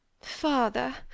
Father